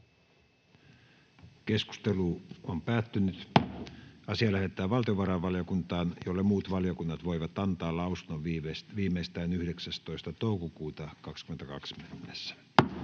ehdottaa, että asia lähetetään valtiovarainvaliokuntaan, jolle muut valiokunnat voivat antaa lausunnon viimeistään 19.5.2022.